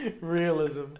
Realism